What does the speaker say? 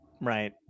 Right